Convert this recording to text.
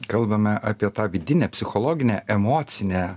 kalbame apie tą vidinę psichologinę emocinę